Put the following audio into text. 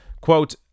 Quote